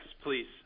please